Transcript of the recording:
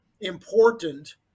important